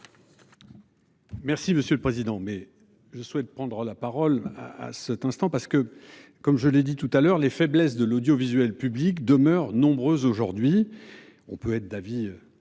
Merci monsieur le président. Mais je souhaite prendre la parole à à cet instant parce que comme je l'ai dit tout à l'heure les faiblesses de l'audiovisuel public demeurent nombreux aujourd'hui. On peut être d'avis